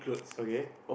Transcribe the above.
okay